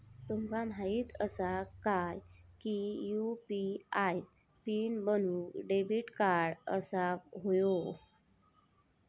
तुमका माहित असा काय की यू.पी.आय पीन बनवूक डेबिट कार्ड असाक व्हयो